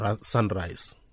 Sunrise